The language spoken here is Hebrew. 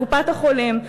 ולקופת-החולים,